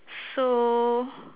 so